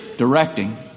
directing